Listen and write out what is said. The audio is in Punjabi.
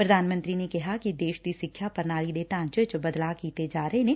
ਪੁਧਾਨ ਮੰਤਰੀ ਨੇ ਕਿਹਾ ਕਿ ਦੇਸ਼ ਦੀ ਸਿੱਖਿਆ ਪੁਣਾਲੀ ਦੇ ਢਾਂਚੇ ਚ ਬਦਲਾਅ ਕੀਤੇ ਜਾ ਰਹੇ ਨੇ